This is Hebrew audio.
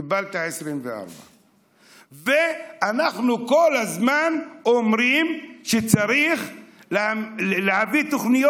קיבלת 24,000. ואנחנו כל הזמן אומרים שצריך להביא תוכניות,